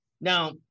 Now